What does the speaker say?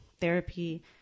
therapy